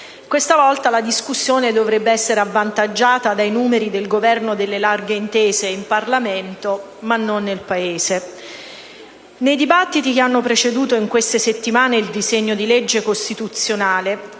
Questa volta la discussione dovrebbe essere avvantaggiata dai numeri del Governo delle larghe intese (in Parlamento, ma non nel Paese). Nei dibattiti che hanno preceduto in queste settimane il disegno di legge costituzionale,